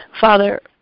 Father